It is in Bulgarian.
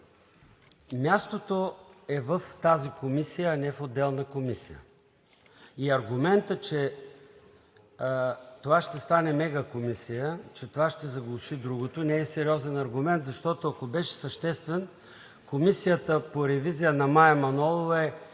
Мястото е в тази комисия, а не в отделна комисия и аргументът, че това ще стане мегакомисия, че това ще заглуши другото, не е сериозен аргумент. Защото, ако беше съществен, комисията по ревизия на Мая Манолова е